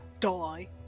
die